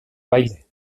baile